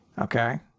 Okay